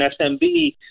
smb